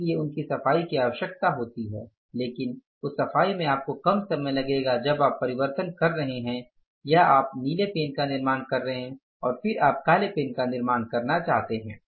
इसलिए उनकी सफाई की आवश्यकता होती है लेकिन उस सफाई में आपको कम समय लगेगा जब आप परिवर्तन कर रहे हैं या आप नीले पेन का निर्माण कर रहे हैं और फिर आप काले पेन का निर्माण करना चाहते हैं